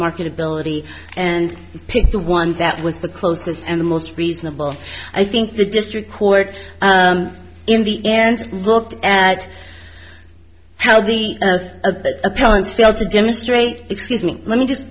marketability and pick the one that was the closest and the most reasonable i think the district court in the end looked at how the parents felt to demonstrate excuse me let me just